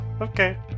okay